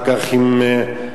אחר כך עם החשמל,